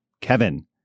Kevin